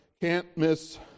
can't-miss